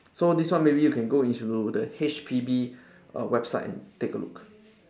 so this one maybe you can go into the H_P_B err website and take a look